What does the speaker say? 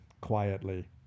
quietly